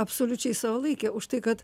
absoliučiai savalaikė už tai kad